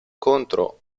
contro